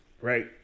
Right